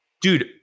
dude